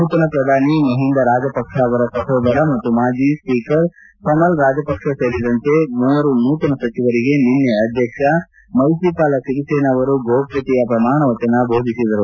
ನೂತನ ಪ್ರಧಾನಿ ಮಹಿಂದ ರಾಜಪಕ್ಲ ಅವರ ಸಹೋದರ ಮತ್ತು ಮಾಜಿ ಸ್ಲೀಕರ್ ಚಮಲ್ ರಾಜಪಕ್ಲ ಸೇರಿದಂತೆ ಮೂವರು ನೂತನ ಸಚಿವರಿಗೆ ನಿನ್ನೆ ಅಧ್ವಕ್ಷ ಮೈತ್ರಿಪಾಲ ಸಿರಿಸೇನ ಅವರು ಗೋಪ್ಠತೆಯ ಪ್ರಮಾಣ ವಚನ ಬೋಧಿಸಿದರು